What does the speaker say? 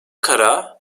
kara